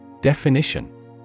Definition